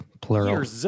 plural